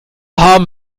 haben